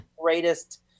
greatest